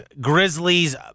Grizzlies